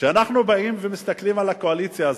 כשאנחנו באים ומסתכלים על הקואליציה הזאת,